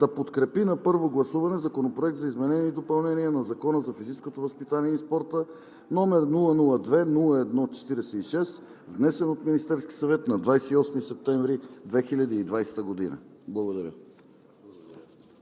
да подкрепи на първо гласуване Законопроект за изменение и допълнение на Закона за физическото възпитание и спорта, № 002-01-46, внесен от Министерския съвет на 28 септември 2020 г.“ Благодаря.